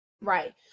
right